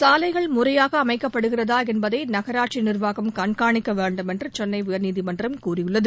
சாலைகள் முறையாக அமைக்கப்படுகிறதா என்பதை நகராட்சி நிர்வாகம் கண்காணிக்க வேண்டும் என்று சென்னை உயர்நீதிமன்றம் கூறியுள்ளது